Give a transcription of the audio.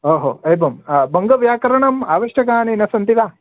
ओहो एवं बङ्गव्याकरणम् आवश्यकानि न सन्ति वा